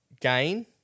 gain